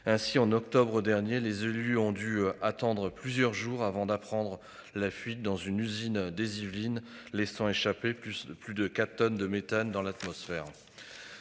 Ainsi, en octobre dernier, les élus ont dû attendre plusieurs jours avant d'apprendre la fuite dans une usine des Yvelines, laissant échapper plus de plus de 4 tonnes de méthane dans l'atmosphère.